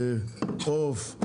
עוף,